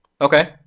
Okay